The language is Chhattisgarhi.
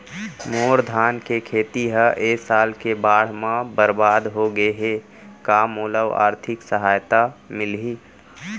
मोर धान के खेती ह ए साल के बाढ़ म बरबाद हो गे हे का मोला आर्थिक सहायता मिलही?